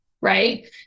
right